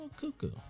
cuckoo